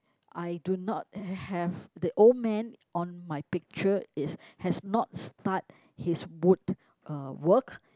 I do not have the old man on my picture is has not start his wood uh work